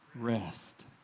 rest